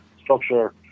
structure